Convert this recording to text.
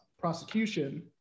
prosecution